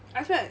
I feel like